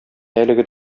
әлеге